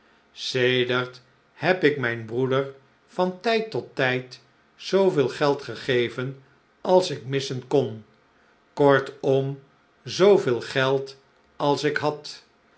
sedert heb ik mijn broeder van tijd tottijd zooveel geld gegeven als ik missen kon kortom zooveel geld als ik had